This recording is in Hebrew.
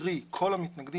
קרי כל המתנגדים,